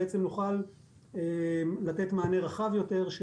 נוכל לתת מענה רחב יותר,